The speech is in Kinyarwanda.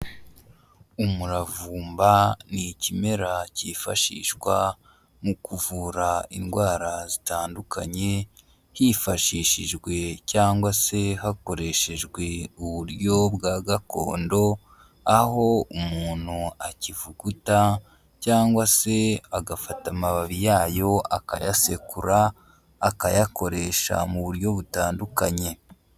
Umuravumba ni ikimera kifashishwa mu kuvura indwara zitandukanye hifashishijwe cyangwa se hakoreshejwe uburyo bwa gakondo, aho umuntu akivuguta cyangwa se agafata amababi yayo akayasekura, akayakoresha mu buryo butandukanye.